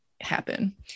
happen